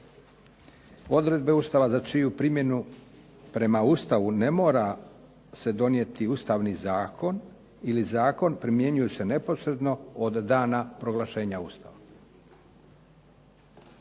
"Odredbe Ustava za čiju primjenu prema Ustavu ne mora donijeti Ustavni zakon ili zakon primjenjuju se neposredno od dana proglašenja Ustava".